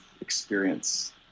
experience